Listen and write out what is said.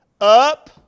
up